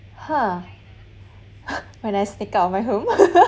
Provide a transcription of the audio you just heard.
!huh! when I sneaked out of my home